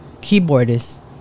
keyboardist